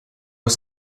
was